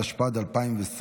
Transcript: התשפ"ד 2023,